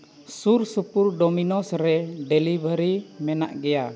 ᱥᱩᱨ ᱥᱩᱯᱩᱨ ᱰᱚᱢᱤᱱᱳᱥ ᱨᱮ ᱰᱮᱞᱤᱵᱷᱟᱹᱨᱤ ᱢᱮᱱᱟᱜ ᱜᱮᱭᱟ